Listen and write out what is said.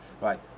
Right